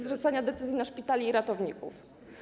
i zrzucanie decyzji na szpitale i ratowników.